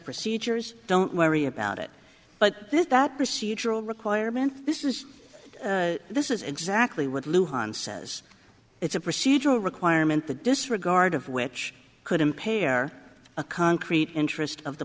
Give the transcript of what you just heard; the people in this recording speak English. procedures don't worry about it but there's that procedural requirement this is this is exactly what lou hahn says it's a procedural requirement the disregard of which could impair a concrete interest of the